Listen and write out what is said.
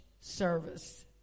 service